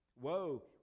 Woe